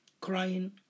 crying